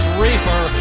reefer